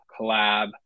collab